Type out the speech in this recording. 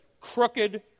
crooked